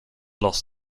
los